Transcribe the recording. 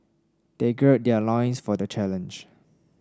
they gird their loins for the challenge